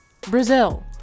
Brazil